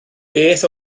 beth